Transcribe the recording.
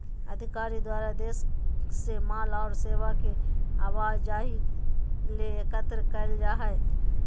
अधिकारी द्वारा देश से माल और सेवा के आवाजाही ले एकत्र कइल जा हइ